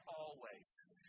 always